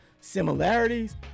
similarities